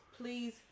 Please